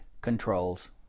controls